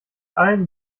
allen